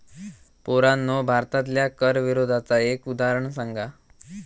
पोरांनो भारतातल्या कर विरोधाचा एक उदाहरण सांगा